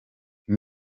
ati